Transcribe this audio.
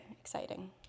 exciting